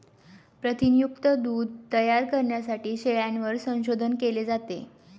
प्रथिनयुक्त दूध तयार करण्यासाठी शेळ्यांवर संशोधन केले जाते